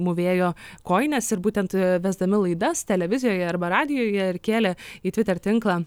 mūvėjo kojines ir būtent vesdami laidas televizijoje arba radijuje ir kėlė į twitter tinklą